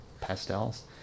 pastels